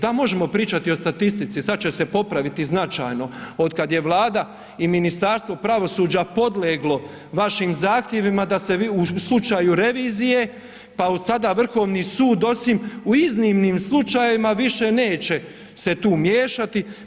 Da, možemo pričati o statistici, sada će se popraviti značajno, otkad je Vlada i Ministarstvo pravosuđa podleglo vašim zahtjevima da se vi, u slučaju revizije, pa sada Vrhovni sud osim u iznimnim slučajevima više neće se tu miješati.